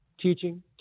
Teaching